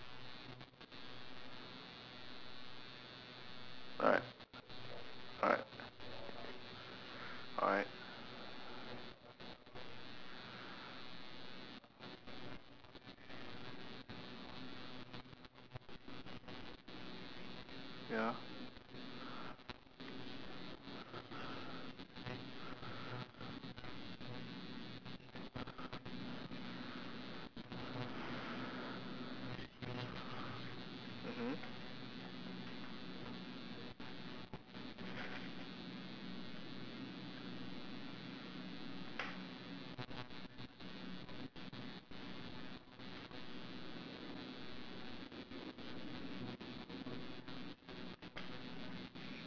alright alright alright ya